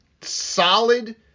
solid